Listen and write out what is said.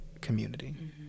community